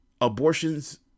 Abortions